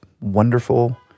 wonderful